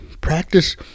Practice